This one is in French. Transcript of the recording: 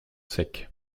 secs